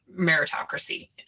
meritocracy